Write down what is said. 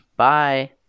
Bye